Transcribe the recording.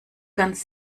ganz